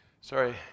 Sorry